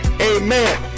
Amen